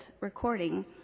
recording